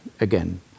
again